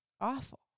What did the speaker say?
awful